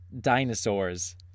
dinosaurs